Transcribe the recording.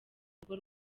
rugo